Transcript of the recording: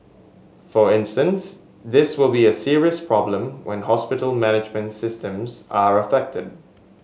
for instance this will be a serious problem when hospital management systems are affected